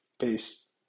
Peace